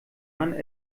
man